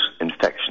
infection